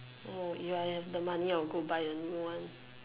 oh ya if I have the money I will go buy a new one